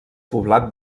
poblat